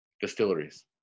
distilleries